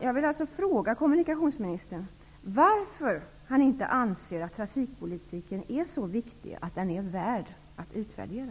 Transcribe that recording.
Jag vill fråga kommunikationsministern varför han inte anser att trafikpolitiken är så viktig att den är värd att utvärdera.